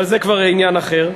אבל זה כבר עניין אחר.